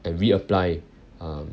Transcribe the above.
and reapply um